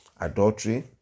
adultery